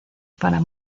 para